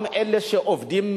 גם אלה שעובדים,